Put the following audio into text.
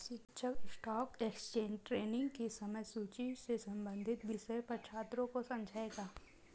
शिक्षक stock exchange trading की समय सूची से संबंधित विषय पर छात्रों को समझाएँगे